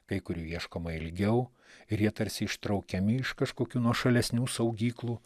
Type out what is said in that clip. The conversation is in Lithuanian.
kai kurių ieškoma ilgiau ir jie tarsi ištraukiami iš kažkokių nuošalesnių saugyklų